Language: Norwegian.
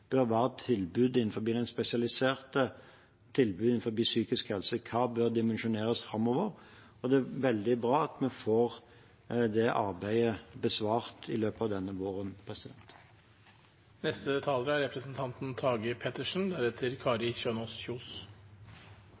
bør være tilbudet i den spesialiserte tjenesten innenfor psykisk helse, og hva som bør dimensjoneres framover. Det er veldig bra at vi får det arbeidet besvart i løpet av denne våren.